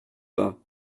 pas